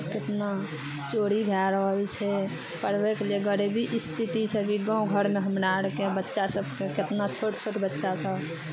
कितना चोरी भए रहल छै पढ़बयके लिए गरीबी स्थितिसँ भी गाँव घरमे हमरा अरके बच्चा सभके कितना छोट छोट बच्चासभ